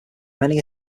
many